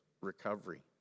recovery